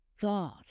god